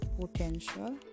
potential